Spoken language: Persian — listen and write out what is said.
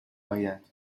آید